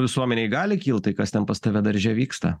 visuomenei gali kilt tai kas ten pas tave darže vyksta